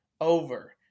Over